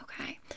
okay